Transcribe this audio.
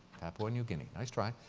papua new guinea. nice try.